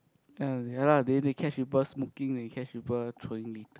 uh ya lah then they catch people smoking they catch people throwing litter